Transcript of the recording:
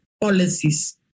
policies